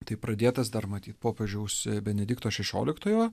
tai pradėtas dar matyt popiežiaus benedikto šešioliktojo